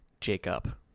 Jacob